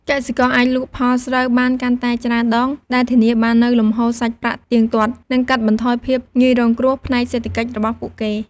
កសិករអាចលក់ផលស្រូវបានកាន់តែច្រើនដង ដែលធានាបាននូវលំហូរសាច់ប្រាក់ទៀងទាត់ និងកាត់បន្ថយភាពងាយរងគ្រោះផ្នែកសេដ្ឋកិច្ចរបស់ពួកគេ។